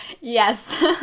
yes